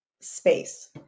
space